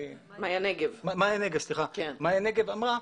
נגב אמרה,